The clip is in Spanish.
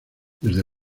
desde